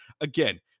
again